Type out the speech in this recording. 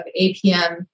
apm